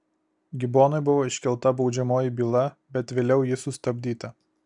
gibonui buvo iškelta baudžiamoji byla bet vėliau ji sustabdyta